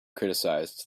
criticized